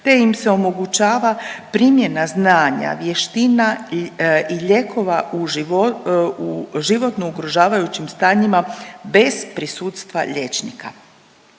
te im se omogućava primjena znanja, vještina i lijekova u životno ugrožavajućim stanjima bez prisustva liječnika.